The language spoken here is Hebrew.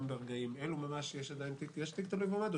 גם ברגעים אלו יש עדיין תיק תלוי ועומד, יש עדיין?